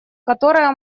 которые